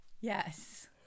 yes